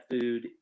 food